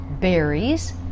berries